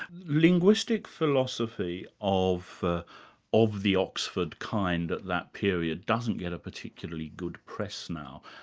linguistic philosophy of the of the oxford kind at that period doesn't get a particularly good press now,